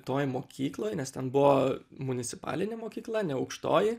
toj mokykloj nes ten buvo municipalinė mokykla ne aukštoji